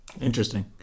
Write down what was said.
Interesting